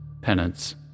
Penance